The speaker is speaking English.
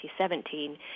2017